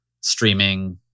streaming